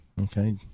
Okay